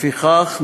לפיכך,